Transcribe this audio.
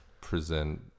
present